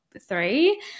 three